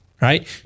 Right